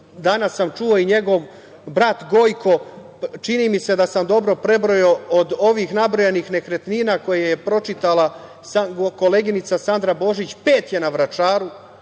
danas sam čuo i njegov brat Gojko, čini mi se da sam dobro prebrojao, od ovih nabrojanih nekretnina koje je pročitala koleginica Sandra Božić, pet je na Vračaru